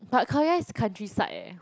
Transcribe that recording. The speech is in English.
but Khao-Yai is countryside eh